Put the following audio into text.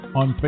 on